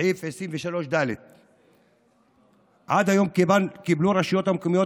סעיף 23ד. עד היום קיבלו הרשויות המקומיות